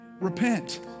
Repent